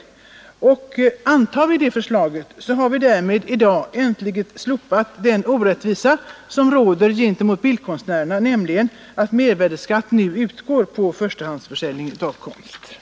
Antar vi förslaget, har vi därmed i dag äntligen slopat en orättvisa som råder gentemot bildkonstnärerna, nämligen att mervärdeskatt nu utgår på förstagångsförsäljning av konstverk.